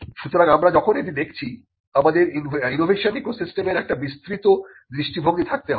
সুতরাং আমরা যখন এটি দেখছি আমাদের ইনোভেশন ইকোসিস্টেমের একটি বিস্তৃত দৃষ্টিভঙ্গি থাকতে হবে